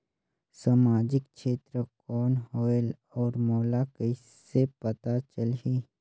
समाजिक क्षेत्र कौन होएल? और मोला कइसे पता चलही?